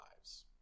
lives